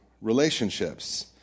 relationships